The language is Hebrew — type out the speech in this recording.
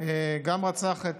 גם רצח את